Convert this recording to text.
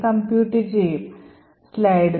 compute ചെയ്തു കിട്ടും